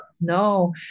No